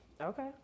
Okay